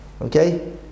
Okay